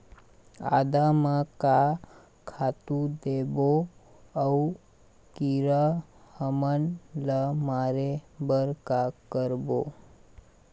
आदा म का खातू देबो अऊ कीरा हमन ला मारे बर का करबो?